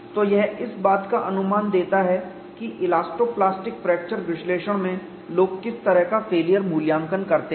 तो यह इस बात का अनुमान देता है कि इलास्टो प्लास्टिक फ्रैक्चर यांत्रिकी विश्लेषण में लोग किस तरह का फेलियर मूल्यांकन करते हैं